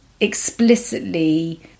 Explicitly